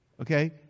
Okay